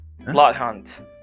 Bloodhunt